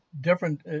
different